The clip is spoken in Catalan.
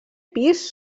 pis